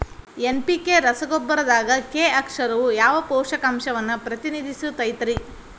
NPK ರಸಗೊಬ್ಬರದಾಗ K ಅಕ್ಷರವು ಯಾವ ಪೋಷಕಾಂಶವನ್ನ ಪ್ರತಿನಿಧಿಸುತೈತ್ರಿ?